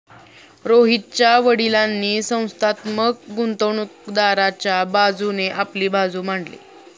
रोहितच्या वडीलांनी संस्थात्मक गुंतवणूकदाराच्या बाजूने आपली बाजू मांडली